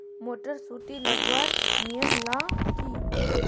Motor सुटी लगवार नियम ला की?